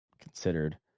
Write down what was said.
considered